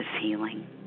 healing